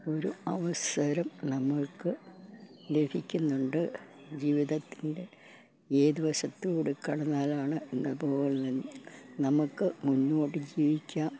ഒരു അവസരം നമുക്ക് ലഭിക്കുന്നുണ്ട് ജീവിതത്തിൻ്റെ ഏത് വശത്തുകൂടി കടന്നാലാണെന്നപോലെത്തന്നെ നമുക്ക് മുന്നോട്ട് ജീവിക്കാന്